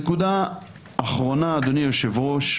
נקודה אחרונה, אדוני היושב-ראש,